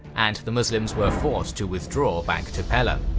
and the muslims were forced to withdraw back to pella.